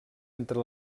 entre